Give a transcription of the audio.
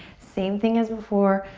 same thing as before.